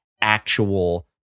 actual